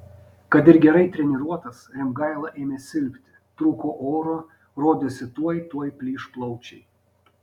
kad ir gerai treniruotas rimgaila ėmė silpti trūko oro rodėsi tuoj tuoj plyš plaučiai